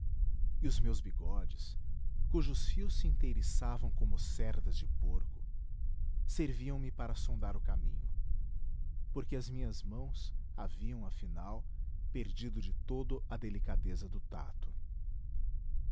e os meus bigodes cujos fios se inteiriçavam como cerdas de porco serviam me para sondar o caminho porque as minhas mãos haviam afinal perdido de todo a delicadeza do tato